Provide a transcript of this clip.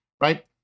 right